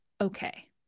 okay